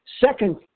Second